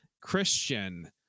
Christian